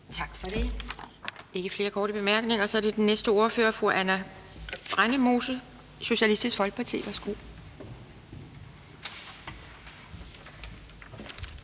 Tak for det. Der er ikke flere korte bemærkninger. Så er det den næste ordfører, fru Anna Brændemose, Socialistisk Folkeparti. Værsgo.